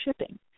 shipping